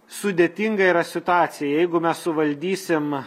sudėtinga yra situacija jeigu mes suvaldysim